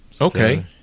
Okay